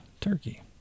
Turkey